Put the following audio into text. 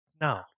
no